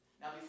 Now